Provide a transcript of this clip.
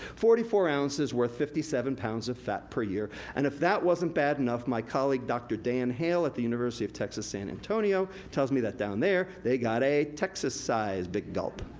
forty four ounces, worth fifty seven pounds of fat per year. and if that wasn't bad enough, my colleague, dr. dan hale, at the university of texas san antonio, tells me that down there they got a texas size big gulp.